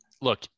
look